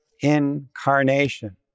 incarnation